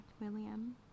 William